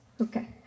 Okay